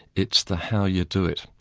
it's the how you do it,